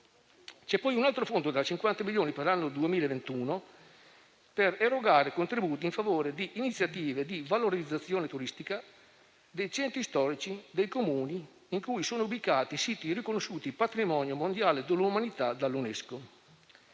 previsto un altro fondo da 50 milioni di euro per l'anno 2021 per erogare contributi in favore di iniziative di valorizzazione turistica dei centri storici dei Comuni in cui sono ubicati i siti riconosciuti patrimonio mondiale dell'umanità dall'UNESCO.